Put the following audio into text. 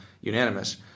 unanimous